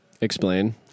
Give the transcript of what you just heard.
Explain